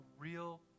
real